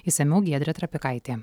išsamiau giedrė trapikaitė